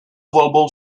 volbou